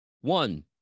one